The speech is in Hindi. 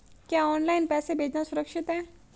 क्या ऑनलाइन पैसे भेजना सुरक्षित है?